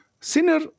sinner